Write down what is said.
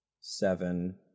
seven